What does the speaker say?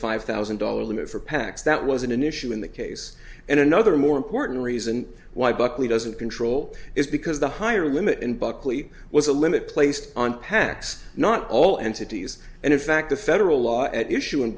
five thousand dollars limit for pacs that wasn't an issue in the case and another more important reason why buckley doesn't control is because the higher limit in buckley was a limit placed on pacs not all entities and in fact the federal law at issue in